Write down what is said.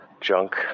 junk